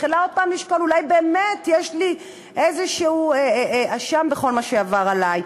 שמתחילה עוד הפעם לשקול: אולי באמת יש לי איזשהו אשם בכל מה שעבר עלי?